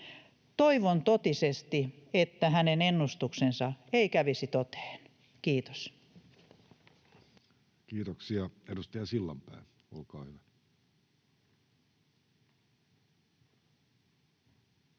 Toivon totisesti, että hänen ennustuksensa ei kävisi toteen. — Kiitos. Kiitoksia. — Edustaja Sillanpää, olkaa hyvä.